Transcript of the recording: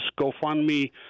GoFundMe